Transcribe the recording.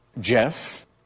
Jeff